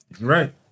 right